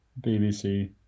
BBC